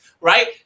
right